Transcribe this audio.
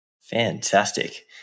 Fantastic